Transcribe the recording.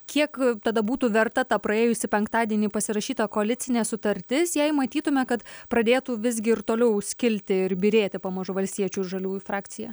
kiek tada būtų verta ta praėjusį penktadienį pasirašyta koalicinė sutartis jei matytume kad pradėtų visgi ir toliau skilti ir byrėti pamažu valstiečių ir žaliųjų frakcija